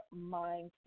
mindset